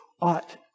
ought